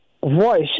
Voice